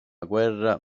guerra